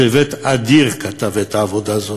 צוות אדיר כתב את העבודה הזאת,